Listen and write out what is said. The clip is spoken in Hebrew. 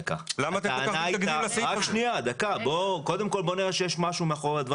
למה אתם כל כך מתנגדים לסעיף הזה?